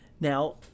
Now